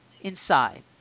inside